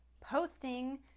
posting